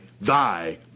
Thy